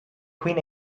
queen